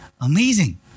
Amazing